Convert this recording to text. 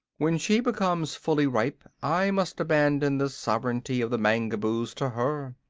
when she becomes fully ripe i must abandon the sovereignty of the mangaboos to her.